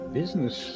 business